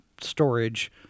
storage